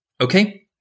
Okay